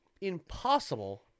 impossible